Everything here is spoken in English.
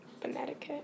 Connecticut